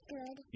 Good